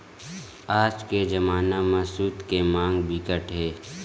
आज के जमाना म सूत के मांग बिकट हे